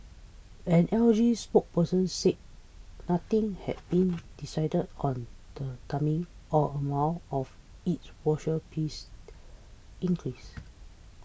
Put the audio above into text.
an L G spokesperson said nothing had been decided on the timing or amount of its washer piece increase